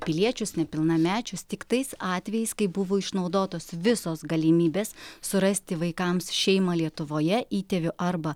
piliečius nepilnamečius tik tais atvejais kai buvo išnaudotos visos galimybės surasti vaikams šeimą lietuvoje įtėvių arba